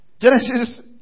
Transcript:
Genesis